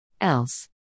Else